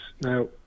Now